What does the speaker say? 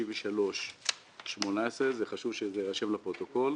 13-263-18 וחשוב שזה יירשם בפרוטוקול.